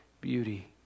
beauty